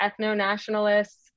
ethno-nationalists